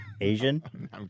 Asian